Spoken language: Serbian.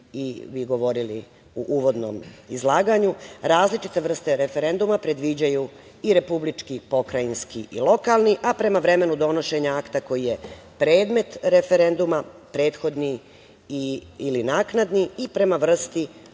i vi govorili u uvodnom izlaganju. Različite vrste referenduma predviđaju republički, pokrajinski i lokalni, a prema vremenu donošenju akta koji je predmet referenduma - prethodni ili naknadni i prema vrsti